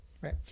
Right